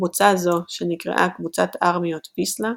קבוצה זו, שנקראה קבוצת ארמיות ויסלה,